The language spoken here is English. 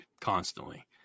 constantly